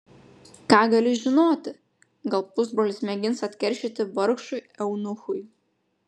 ką gali žinoti gal pusbrolis mėgins atkeršyti vargšui eunuchui